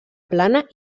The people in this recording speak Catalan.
plana